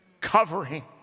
covering